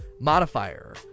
modifier